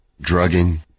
drugging